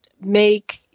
make